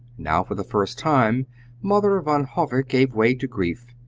now for the first time mother van hove gave way to grief,